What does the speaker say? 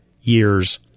years